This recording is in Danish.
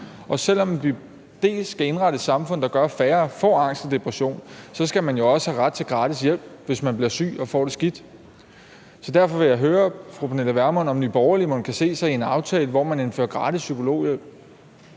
Og selv om vi dels skal indrette et samfund, der gør, at færre får angst og depression, skal man jo også have ret til gratis hjælp, hvis man bliver syg og får det skidt. Derfor vil jeg høre fru Pernille Vermund, om Nye Borgerlige mon kan se sig selv i en aftale, hvor man indfører gratis psykologhjælp.